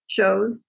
shows